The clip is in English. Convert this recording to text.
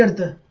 the